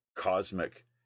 cosmic